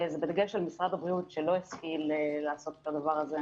ובדגש על משרד הבריאות שלא השכיל לעשות את הדבר הזה.